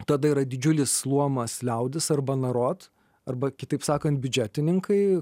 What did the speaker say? tada yra didžiulis luomas liaudis arba narot arba kitaip sakant biudžetininkai